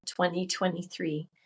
2023